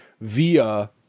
via